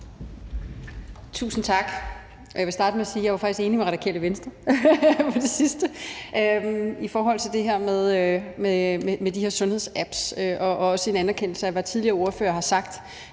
Tusind tak. Jeg vil starte med at sige, at jeg faktisk var enig med Radikale Venstre om det sidste punkt i forhold til det her med de her sundhedsapps, og det er også en anerkendelse af, hvad tidligere ordførere har sagt,